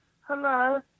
Hello